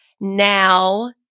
now